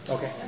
Okay